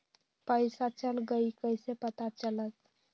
पैसा चल गयी कैसे पता चलत?